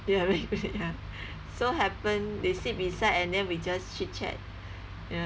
ya ya so happened they sit beside and then we just chit chat ya